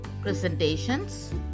presentations